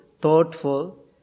thoughtful